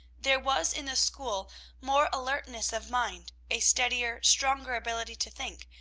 there was in the school more alertness of mind, a steadier, stronger ability to think,